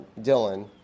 Dylan